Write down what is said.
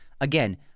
Again